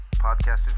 podcasting